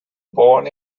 born